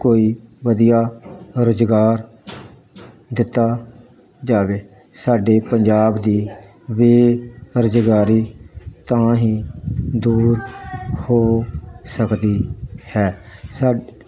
ਕੋਈ ਵਧੀਆ ਰੁਜ਼ਗਾਰ ਦਿੱਤਾ ਜਾਵੇ ਸਾਡੇ ਪੰਜਾਬ ਦੀ ਬੇਰੁਜ਼ਗਾਰੀ ਤਾਂ ਹੀ ਦੂਰ ਹੋ ਸਕਦੀ ਹੈ ਸਾ